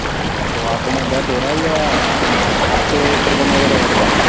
اچھا تو آنکھوں میں درد ہو رہا ہے یا آپ کے چبھن وغیرہ ہو رہی ہے